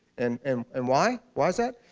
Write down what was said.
and and and why why is that?